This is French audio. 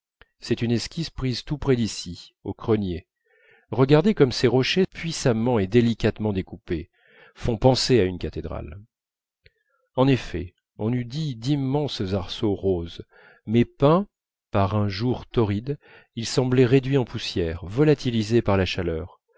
c'est une esquisse prise tout près d'ici aux creuniers regardez comme ces rochers puissamment et délicatement découpés font penser à une cathédrale en effet on eût dit d'immenses arceaux roses mais peints par un jour torride ils semblaient réduits en poussière volatilisés par la chaleur